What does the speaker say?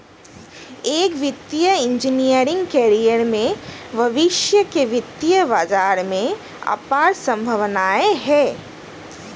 एक वित्तीय engineering career में भविष्य के वित्तीय बाजार में अपार संभावनाएं हैं